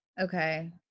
Okay